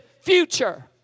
future